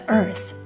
earth